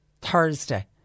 Thursday